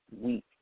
week